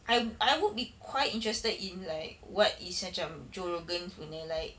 I I would be quite interested in like what is macam joe rogan's punya like